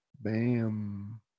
bam